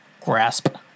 grasp